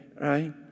right